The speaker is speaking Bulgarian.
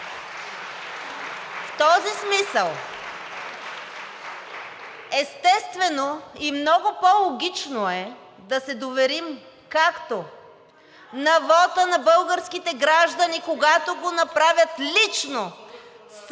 В този смисъл, естествено, и много по-логично е да се доверим, както на вота на българските граждани, когато го направят лично с